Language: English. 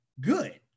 good